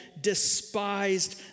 despised